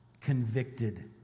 convicted